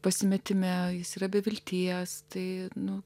pasimetime jis yra be vilties tai nu